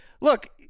Look